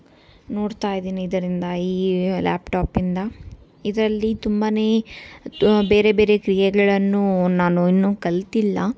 ನೋಡ್ತಾ ಇದ್ದೀನಿ ಇದರಿಂದ ಈ ಲ್ಯಾಪ್ಟಾಪಿಂದ ಇದರಲ್ಲಿ ತುಂಬಾ ಬೇರೆ ಬೇರೆ ಕ್ರಿಯೆಗಳನ್ನು ನಾನು ಇನ್ನೂ ಕಲಿತಿಲ್ಲ